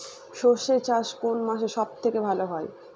সর্ষে চাষ কোন মাসে সব থেকে ভালো হয়?